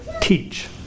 teach